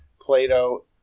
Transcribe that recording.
plato